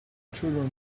children